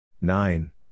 Nine